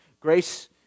grace